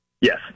Yes